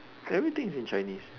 everything is in Chinese